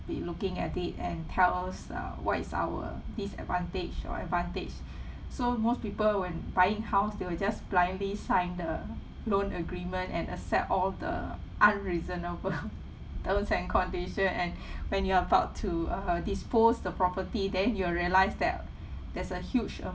be looking at it and tell us uh what is our disadvantage or advantage so most people when buying house they will just blindly sign the loan agreement and accept all the unreasonable terms and condition and when you're about to uh disposed the property then you will realise that there's a huge